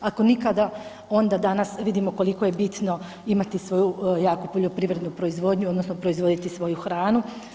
Ako nikada, onda danas vidimo koliko je bitno imati svoju jaku poljoprivrednu proizvodnju, odnosno proizvoditi svoju hranu.